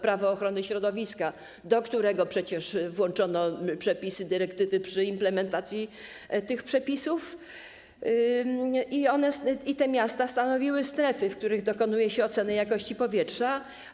Prawo ochrony środowiska, do którego przecież włączono przepisy dyrektywy przy implementacji tych przepisów - stanowiły strefy, w których dokonuje się oceny jakości powietrza.